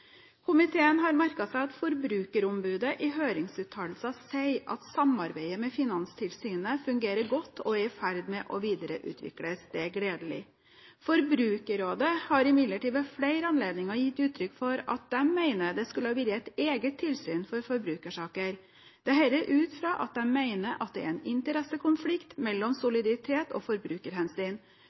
Komiteen har merket seg at Forbrukerombudet i høringsuttalelsen sier at samarbeidet med Finanstilsynet fungerer godt og er i ferd med å videreutvikles. Det er gledelig. Forbrukerrådet har imidlertid ved flere anledninger gitt uttrykk for at de mener det skulle vært et eget tilsyn for forbrukersaker, dette ut fra at de mener det er en interessekonflikt mellom soliditetshensyn og forbrukerhensyn.